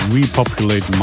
Repopulate